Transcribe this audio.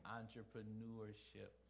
entrepreneurship